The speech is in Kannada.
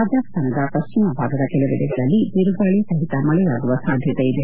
ರಾಜಸ್ತಾನದ ಪಶ್ಚಿಮ ಭಾಗದ ಕೆಲವೆಡೆಗಳಲ್ಲಿ ಬಿರುಗಾಳಿ ಸಹಿತ ಮಳೆಯಾಗುವ ಸಾಧ್ಯತೆ ಇದೆ